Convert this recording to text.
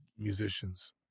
Musicians